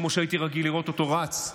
כמו שהייתי רגיל לראות אותו רץ לזירות,